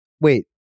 wait